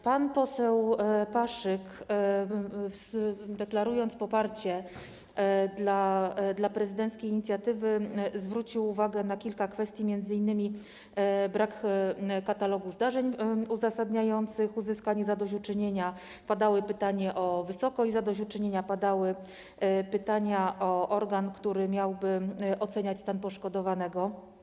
Pan poseł Paszyk, deklarując poparcie dla prezydenckiej inicjatywy, zwrócił uwagę na kilka kwestii, m.in. brak katalogu zdarzeń uzasadniających uzyskanie zadośćuczynienia, padały pytania o wysokość zadośćuczynienia, o organ, który miałby oceniać stan poszkodowanego.